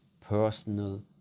personal